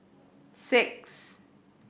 six